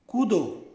कूदो